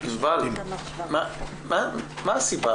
מה הסיבה